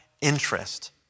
interest